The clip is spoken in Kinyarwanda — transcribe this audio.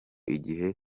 igihe